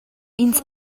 ins